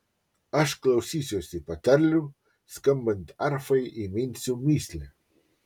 aš klausysiuosi patarlių skambant arfai įminsiu mįslę